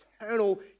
eternal